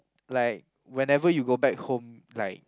like whenever you go back home like